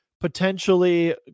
potentially